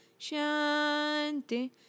shanti